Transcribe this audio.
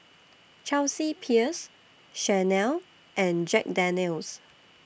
Chelsea Peers Chanel and Jack Daniel's